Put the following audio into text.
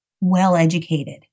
well-educated